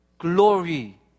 glory